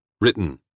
written